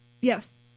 Yes